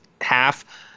half